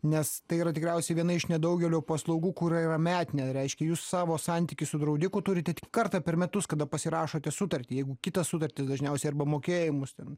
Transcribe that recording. nes tai yra tikriausiai viena iš nedaugelio paslaugų kura yra metinė reiškia jūs savo santykį su draudiku turite tik kartą per metus kada pasirašote sutartį jeigu kita sutartis dažniausiai arba mokėjimus ten